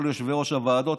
כל יושבי-ראש הוועדות,